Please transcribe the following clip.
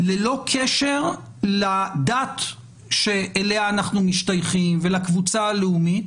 ללא קשר לדת שאליה אנחנו משתייכים ולקבוצה הלאומית,